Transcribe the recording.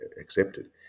accepted